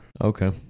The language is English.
Okay